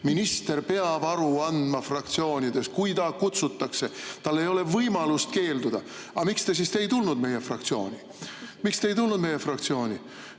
Minister peab aru andma fraktsioonides, kui ta kutsutakse. Tal ei ole võimalust keelduda. Aga miks te siis ei tulnud meie fraktsiooni? Miks te ei tulnud meie fraktsiooni?